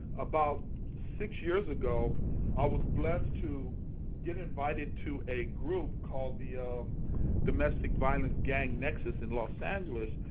about six years ago i was blessed to get invited to a group called the domestic violence gang nexus in los angeles,